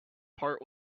part